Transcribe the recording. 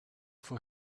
for